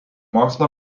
mokslo